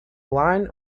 line